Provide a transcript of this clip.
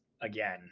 Again